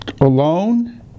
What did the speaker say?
alone